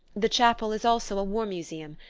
the chapel is also a war museum,